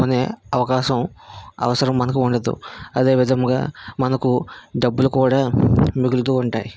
కొనే అవకాశం అవసరం మనకు ఉండదు అదే విధముగా మనకు డబ్బులు కూడా మిగులుతూ ఉంటాయి